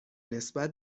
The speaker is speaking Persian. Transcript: نسبت